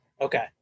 Okay